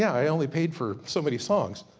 yeah i only paid for so many songs.